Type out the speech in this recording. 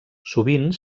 sovint